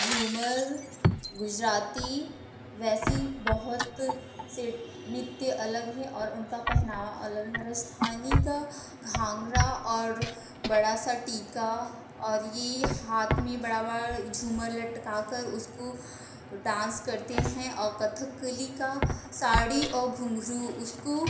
घूमर गुजराती वैसी बहुत से नृत्य अलग हैं और उनका पहनावा अलग है राजस्थानी का घाघरा और बड़ा सा टीका और ये हाथ में बड़ा बड़ झूमर लटका कर उसको डांस करते हैं और कथकली का साड़ी और घुंघरू उसको